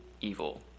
evil